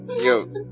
yo